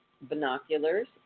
binoculars